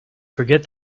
forget